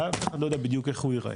עכשיו אני לא יודע בדיוק איך הוא יראה.